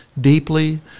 deeply